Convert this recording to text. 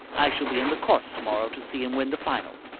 i shall be on the course tomorrow to see him win the final.